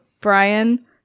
Brian